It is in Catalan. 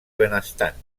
benestant